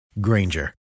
Granger